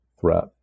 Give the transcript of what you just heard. threat